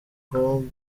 vogue